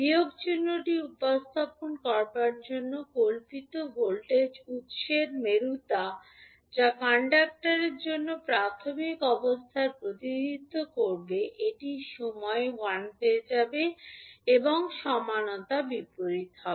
বিয়োগ চিহ্নটি উপস্থাপন করার জন্য কল্পিত ভোল্টেজ উত্সের মেরুতা যা ইন্ডাক্টরের জন্য প্রাথমিক অবস্থার প্রতিনিধিত্ব করবে এটি সময়ে l হয়ে যাবে এবং সমানতা বিপরীত হবে